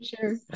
Sure